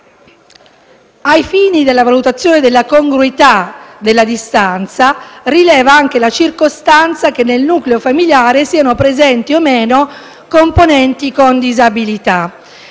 ai fini della valutazione della congruità della distanza rileva anche la circostanza che nel nucleo familiare siano presenti o no componenti con disabilità.